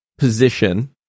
Position